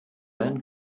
then